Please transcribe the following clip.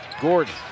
Gordon